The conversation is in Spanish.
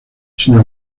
sino